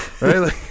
right